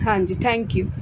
ਹਾਂਜੀ thank you